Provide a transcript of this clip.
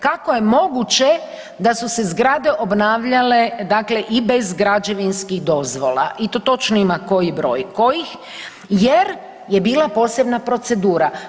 Kako je moguće da su se zgrade obnavljale dakle i bez građevinskih dozvola i to točno ima koji broj kojih jer je bila posebna procedura.